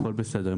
הכול בסדר,